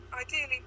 ideally